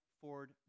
Ford